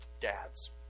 Dads